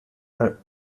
are